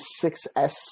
6S